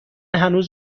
هنوز